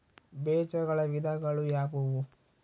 ಬೇಜಗಳ ವಿಧಗಳು ಯಾವುವು?